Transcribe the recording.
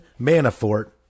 Manafort